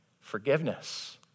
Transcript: forgiveness